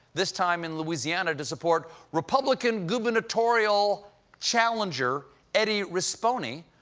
this time in louisiana, to support republican gubernatorial challenger eddie rispone,